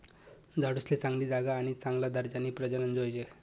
झाडूसले चांगली जागा आणि चांगला दर्जानी प्रजनन जोयजे